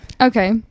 Okay